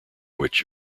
which